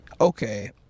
okay